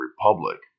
republic